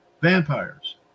Vampires